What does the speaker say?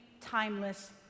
timeless